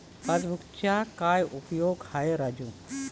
पासबुकचा काय उपयोग आहे राजू?